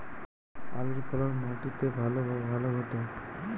আলুর ফলন মাটি তে ভালো ঘটে?